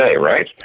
right